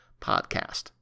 podcast